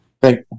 Thank